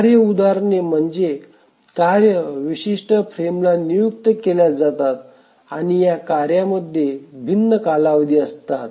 कार्य उदाहरणे म्हणजे कार्ये विशिष्ट फ्रेमला नियुक्त केल्या जातात आणि या कार्यांमध्ये भिन्न कालावधी असतात